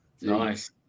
nice